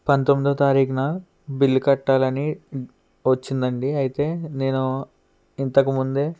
పంతొమ్మిదవ తారీఖున బిల్లు కట్టాలని వచ్చిందండి అయితే నేను ఇంతకు ముందే